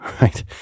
right